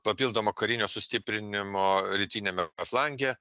papildomo karinio sustiprinimo rytiniame flange